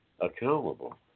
accountable